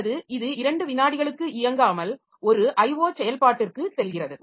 அல்லது இது 2 விநாடிகளுக்கு இயங்காமல் ஒரு IO செயல்பாட்டிற்கு செல்கிறது